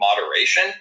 moderation